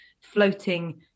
floating